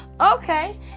Okay